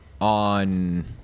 on